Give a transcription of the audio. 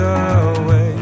away